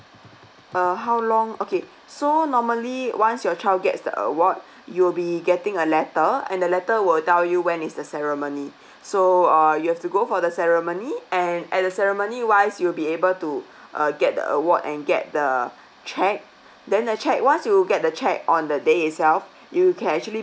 uh how long okay so normally once your child gets the award you'll be getting a letter and the letter will tell you when is the ceremony so uh you have to go for the ceremony and at the ceremony wise you'll be able to uh get the award and get the cheque then the cheque once you get the cheque on the day itself you can actually